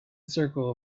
circle